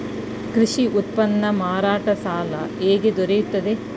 ಕೃಷಿ ಉತ್ಪನ್ನ ಮಾರಾಟ ಸಾಲ ಹೇಗೆ ದೊರೆಯುತ್ತದೆ?